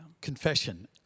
Confession